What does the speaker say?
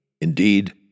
Indeed